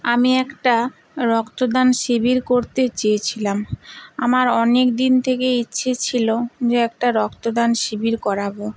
আমি একটা রক্তদান শিবির করতে চেয়েছিলাম আমার অনেকদিন থেকেই ইচ্ছে ছিল যে একটা রক্তদান শিবির করাবো